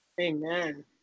Amen